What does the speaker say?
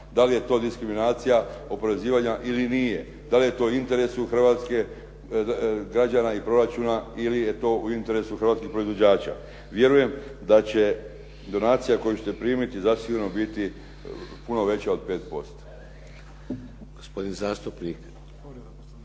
da li je to diskriminacija oporezivanja ili nije, da li je to u interesu hrvatskih građana i proračuna ili je to u interesu hrvatskih proizvođača. Vjerujem da će donacija koju ćete primiti zasigurno biti puno veća od 5%.